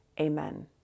Amen